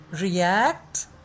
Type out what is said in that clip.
react